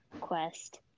quest